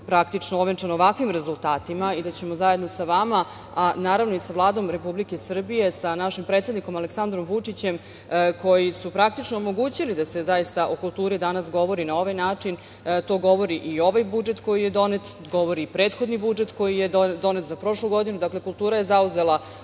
praktično ovenčan ovakvim rezultatima i da ćemo zajedno sa vama, naravno i sa Vladom Republike Srbije, sa našim predsednikom Aleksandrom Vučićem, koji su praktično omogućili da se zaista o kulturi danas govori na ovaj način. To govori i ovaj budžet koji je donet, govori i prethodni budžet koji je donet za prošlu godinu. Dakle, kultura je zauzela